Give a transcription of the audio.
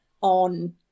on